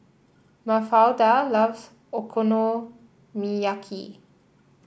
Mafalda loves Okonomiyaki